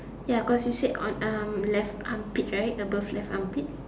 ya cause you said on um left armpit right above left armpit